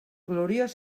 gloriós